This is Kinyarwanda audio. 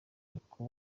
n’uko